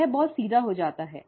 यह बहुत सीधा हो जाता है